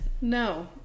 No